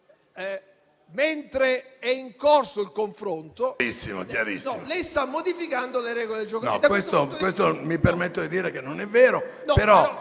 mentre è in corso il confronto, lei sta modificando le regole del gioco.